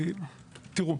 תראו,